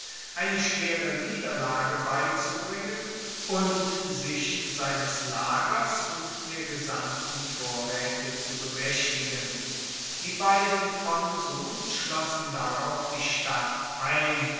eine schwere niederlage beizubringen und sich seines lagers und der gesamten vorraete zu bemaechtigen die beiden konsuln schlossen darauf die stadt ein